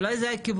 אולי זה הכיוון.